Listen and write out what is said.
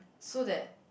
so that